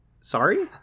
Sorry